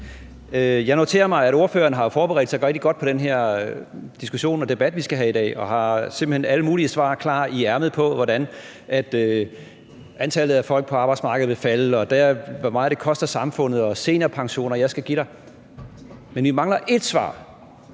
Jeg noterer mig, at ordføreren har forberedt sig rigtig godt på den her diskussion og debat, vi skal have i dag, og simpelt hen har alle mulige svar klar i ærmet om, hvordan antallet af folk på arbejdsmarkedet vil falde, og hvor meget det koster samfundet, seniorpension, og jeg skal give dig. Men vi mangler ét svar.